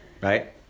right